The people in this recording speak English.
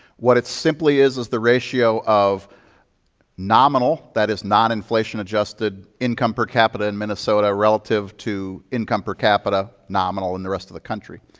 what it simply is, is the ratio of nominal, that is non-inflation adjusted income per capita in minnesota relative to income per capita nominal in the rest of the country.